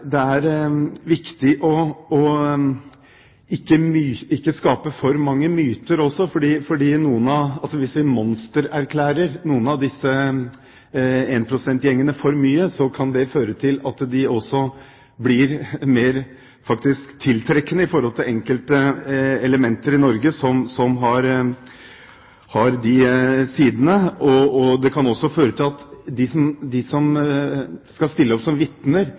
det er viktig ikke å skape for mange myter også, for hvis vi monstererklærer noen av disse én-prosent-gjengene for mye, kan det føre til at de faktisk blir mer tiltrekkende for enkelte elementer i Norge som har de sidene. Det kan også føre til at de som skal stille opp som vitner,